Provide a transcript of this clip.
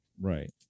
Right